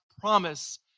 promise